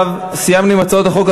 סיימנו את הצעות החוק.